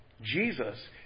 jesus